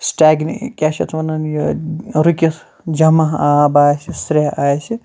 سِٹٮ۪گنہِ کیٛاہ چھِ اَتھ وَنان یہِ رُکِتھ جمع آب آسہِ سرٛیٚہہ آسہِ